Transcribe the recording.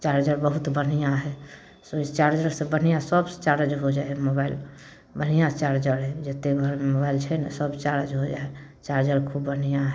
charger बहुत बढ़िऑं है से ओहि चार्जर से बढ़िऑं सभ चार्ज हो जाइ है मोबाइल बढ़िऑं चार्जर है जत्ते घरमे मोबाइल छै ने सभ चार्ज हो जाइ है चार्जर खूब बढ़ियाँ है